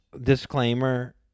disclaimer